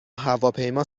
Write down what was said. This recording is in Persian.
هواپیما